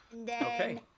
okay